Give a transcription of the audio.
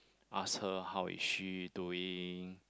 ask her how is she doing